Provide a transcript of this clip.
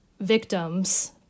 victims